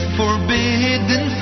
forbidden